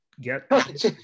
get